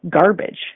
garbage